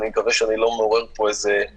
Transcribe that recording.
אני מקווה שאני לא מעורר פה מהומות,